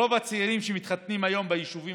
רוב הצעירים שמתחתנים היום ביישובים